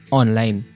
online